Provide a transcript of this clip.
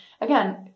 Again